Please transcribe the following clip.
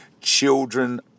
children